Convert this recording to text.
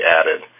added